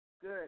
Good